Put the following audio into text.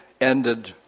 ended